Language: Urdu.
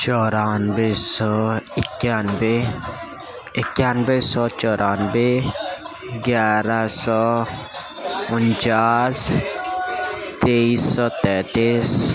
چورانوے سو اکیانوے اکیانوے سو چورانوے گیارہ سو انچاس تیئیس سو تینتیس